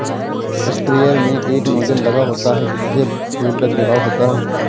sprayer में एक nozzle लगा होता है जिससे धूल का छिड़काव होता है